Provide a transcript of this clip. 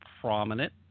prominent